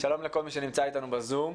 שלום לכל מי שנמצא איתנו בזום.